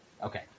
Okay